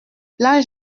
place